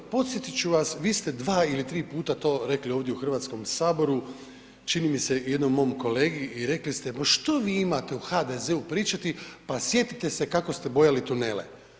Podsjetit ću vas vi ste dva ili tri puta to rekli ovdje u Hrvatskom saboru, čini mi se jednom mom kolegi i rekli ste ma što vi imate u HDZ-u pričati, pa sjetite se kako ste bojali tunele.